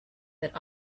that